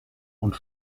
und